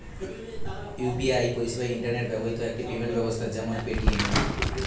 UPI পরিষেবা internet বাহিত একটি পেমেন্ট ব্যবস্থা যেমন পেটিএম